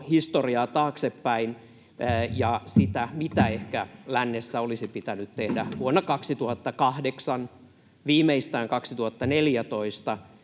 historiaa taaksepäin ja sitä, mitä ehkä lännessä olisi pitänyt tehdä vuonna 2008, viimeistään 2014,